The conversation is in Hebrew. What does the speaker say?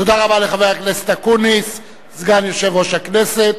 תודה רבה לחבר הכנסת אקוניס, סגן יושב-ראש הכנסת.